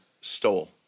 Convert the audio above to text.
stole